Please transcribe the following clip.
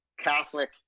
Catholic